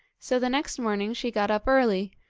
so the next morning she got up early,